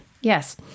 Yes